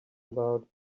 about